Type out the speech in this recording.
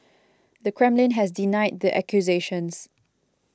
the Kremlin has denied the accusations